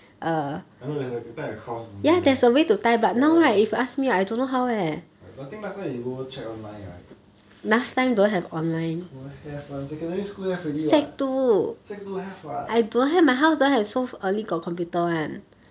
I know there's a type of cross or something right ya ya I think last time you go check online right confirm have [one] secondary school have already [what] sec two have [what]